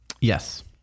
Yes